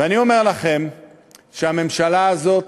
ואני אומר לכם שהממשלה הזאת